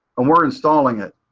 and we're installing it.